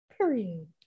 period